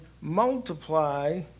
multiply